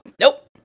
Nope